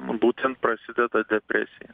būtent prasideda depresija